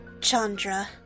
Chandra